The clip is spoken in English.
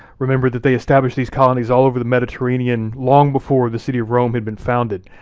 remember that they established these colonies all over the mediterranean long before the city of rome had been founded.